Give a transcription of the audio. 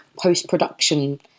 post-production